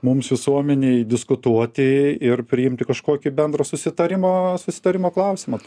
mums visuomenei diskutuoti ir priimti kažkokį bendro susitarimo susitarimo klausimą